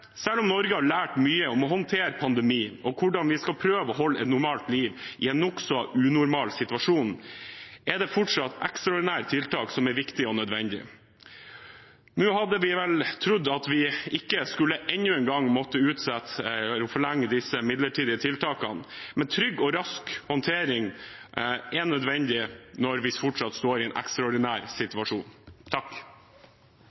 Selv om Norge har lært mye om å håndtere en pandemi og om hvordan vi kan prøve å leve et normalt liv i en nokså unormal situasjon, er fortsatt ekstraordinære tiltak viktig og nødvendig. Nå hadde vi ikke trodd at vi enda en gang skulle forlenge disse midlertidige tiltakene, men trygg og rask håndtering er nødvendig når vi fortsatt står i en ekstraordinær